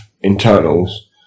internals